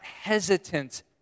hesitant